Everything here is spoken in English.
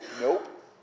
Nope